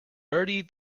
bertie